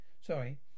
sorry